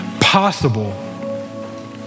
possible